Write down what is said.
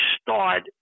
start